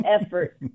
effort